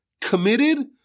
committed